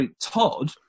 Todd